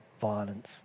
violence